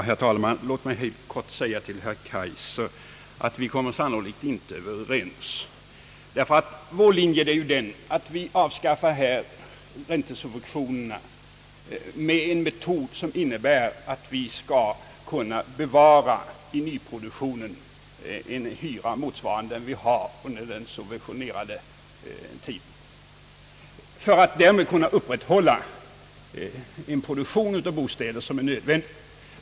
Herr talman! Låt mig helt kort säga till herr Kaijser att vi sannolikt inte kommer överens. Vår linje är ju den att vi vill avskaffa räntesubventionerna genom en metod som innebär att vi skall kunna i nyproduktionen bevara en hyra motsvarande den vi har haft under den subventionerade tiden för att därmed kunna upprätthålla den produktion av bostäder som är nödvändig.